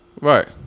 Right